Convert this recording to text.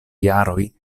jaroj